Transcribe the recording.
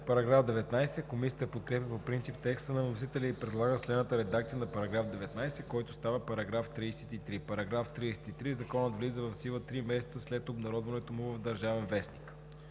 Параграф 19. Комисията подкрепя по принцип текста на вносителя и предлага следната редакция на § 19, който става § 33: „§ 33. Законът влиза в сила три месеца след обнародването му в „Държавен вестник“.“